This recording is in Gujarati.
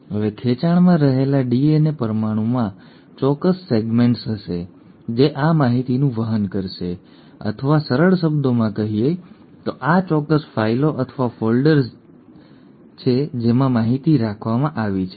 હવે ખેંચાણમાં રહેલા ડીએનએ પરમાણુમાં ચોક્કસ સેગમેન્ટ્સ હશે જે આ માહિતીનું વહન કરશે અથવા સરળ શબ્દોમાં કહીએ તો આ ચોક્કસ ફાઇલો અથવા ફોલ્ડર્સ જેવા છે જેમાં માહિતી રાખવામાં આવી છે